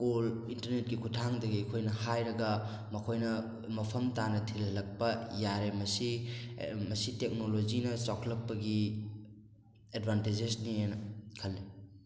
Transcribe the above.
call ꯏꯟꯇꯔꯅꯦꯠꯀꯤ ꯈꯨꯊꯥꯡꯗꯒꯤ ꯑꯩꯈꯣꯏꯅ ꯍꯥꯏꯔꯒ ꯃꯈꯣꯏꯅ ꯃꯐꯝ ꯇꯥꯟꯅ ꯊꯤꯜꯍꯜꯂꯛꯄ ꯌꯥꯔꯦ ꯃꯁꯤ ꯃꯁꯤ ꯇꯣꯛꯅꯣꯂꯣꯖꯤꯅ ꯆꯥꯎꯈꯠꯂꯛꯄꯒꯤ ꯑꯦꯗꯕꯥꯟꯇꯦꯖꯦꯁꯅꯤ ꯑꯅ ꯈꯜꯂꯤ